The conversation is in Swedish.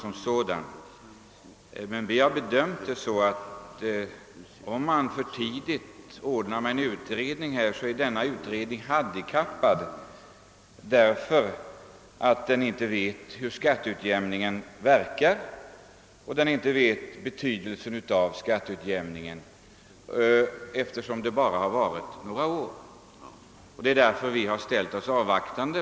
Vi har emellertid ansett att om man för tidigt tillsätter en utredning, så blir denna utredning handikappad, eftersom man inte vet hur skatteutjämningen verkar och betydelsen därav — vi har ju haft skatteutjämningen bara ett par år. Det är därför vi har ställt oss avvaktande.